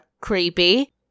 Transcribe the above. creepy